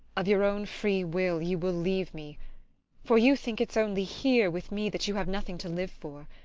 of your own free will you will leave me for you think it's only here, with me, that you have nothing to live for.